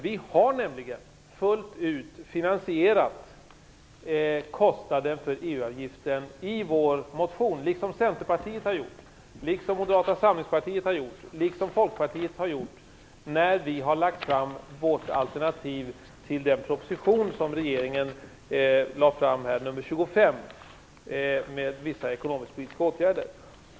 Vi har nämligen fullt ut finansierat kostnaden för EU-avgiften, liksom Centerpartiet har gjort, liksom Moderata samlingspartiet har gjort, liksom Folkpartiet har gjort, när vi i vår motion har lagt fram vårt alternativ till den proposition, nr 25, som regeringen lade fram med förslag till vissa ekonomisk-politiska åtgärder.